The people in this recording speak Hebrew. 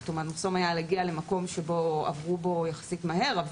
כי המחסום הגיע למצב שעברו בו יחסית מהר,